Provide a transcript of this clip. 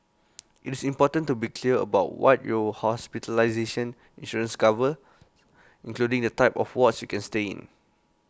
IT is important to be clear about what your hospitalization insurance covers including the type of wards you can stay in